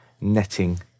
netting